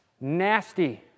Nasty